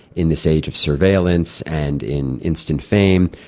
in this age of surveillance, and in instant fame,